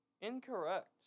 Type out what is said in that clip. Incorrect